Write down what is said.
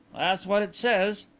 that's what it says.